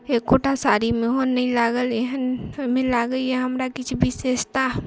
एक्को टा साड़ीमे ओहन नहि लागल एहनमे लागैया हमरा किछु विशेषता